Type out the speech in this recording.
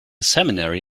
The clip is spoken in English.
seminary